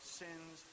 sins